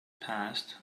passed